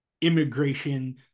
immigration